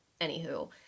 anywho